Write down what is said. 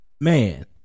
Man